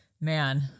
man